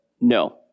no